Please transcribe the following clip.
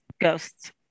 ghosts